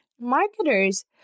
marketers